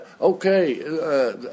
okay